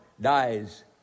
dies